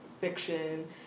fiction